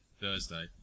Thursday